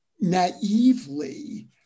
naively